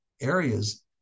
areas